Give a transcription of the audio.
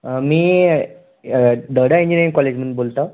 मी Darda engineering कॉलेजमधून बोलत आहो